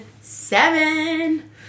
seven